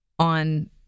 on